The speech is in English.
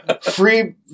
free